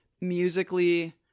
musically